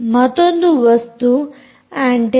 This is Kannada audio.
ಮತ್ತೊಂದು ವಸ್ತು ಅಂಟೆನ್ನ